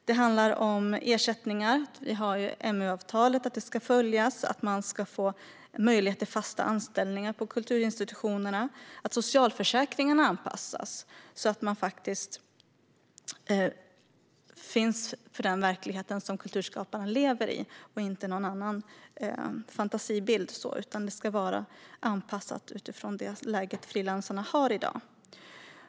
Det handlar om ersättningar, att MU-avtalet ska följas, att kulturskaparna ska få möjlighet till fast anställning på kulturinstitutionerna och att socialförsäkringarna anpassas till den verklighet som kulturskaparna lever i och att det inte finns någon annan fantasibild. Detta ska vara anpassat till det läge som frilansarna har i dag.